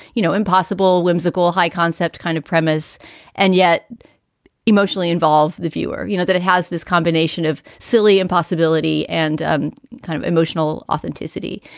you know, impossible, whimsical, high concept kind of premise and yet emotionally involved the viewer, you know, that it has this combination of silly impossibility and um kind of emotional authenticity.